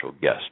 guest